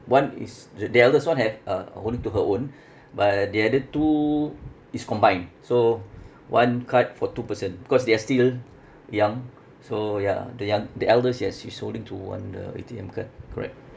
one is th~ the eldest one have uh holding to her own but the other two is combined so one card for two person because they are still young so ya the young the eldest yes she's holding to one of the A_T_M card correct